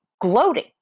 gloating